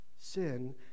sin